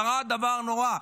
קרה דבר נורא,